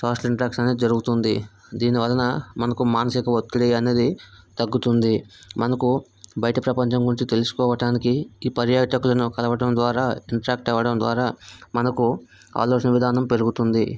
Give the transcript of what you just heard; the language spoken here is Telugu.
సోషల్ ఇంటరాక్షన్ అనేది జరిగితుంది దీనివలన మనకు మానసిక ఒత్తిడి అనేది తగ్గుతుంది మనకు బయట ప్రపంచం గురించి తెలుసుకోవడానికి ఈ పర్యాటకులను కలవడం ద్వారా ఇంటరాక్ట్ అవడం ద్వారా మనకు ఆలోచన విధానం పెరుగుతుంది